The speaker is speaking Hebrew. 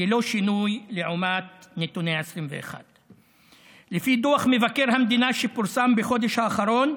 ללא שינוי לעומת נתוני 2021. לפי דוח מבקר המדינה שפורסם בחודש האחרון,